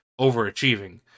overachieving